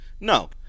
No